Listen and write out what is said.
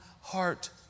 heart